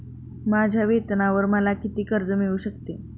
माझ्या वेतनावर मला किती कर्ज मिळू शकते?